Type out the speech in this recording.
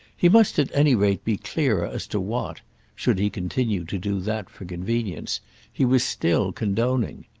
he must at any rate be clearer as to what should he continue to do that for convenience he was still condoning.